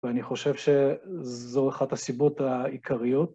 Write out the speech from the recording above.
ואני חושב שזו אחת הסיבות העיקריות.